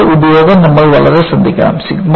എന്നാൽ അതിന്റെ ഉപയോഗം നമ്മൾ വളരെ ശ്രദ്ധിക്കണം